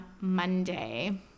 Monday